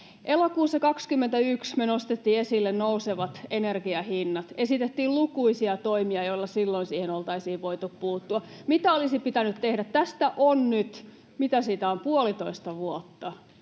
Elokuussa 21 me nostettiin esille nousevat energiahinnat, esitettiin lukuisia toimia, joilla silloin siihen oltaisiin voitu puuttua, mitä olisi pitänyt tehdä. Tästä on nyt, mitä siitä on, puolitoista vuotta